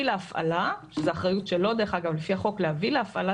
ולהחליט גם ביחד איתו הרבה פעמים האומנם צריך להפעיל